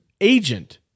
agent